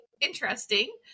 interesting